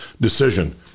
decision